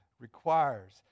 requires